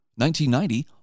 1990